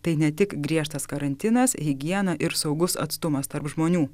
tai ne tik griežtas karantinas higiena ir saugus atstumas tarp žmonių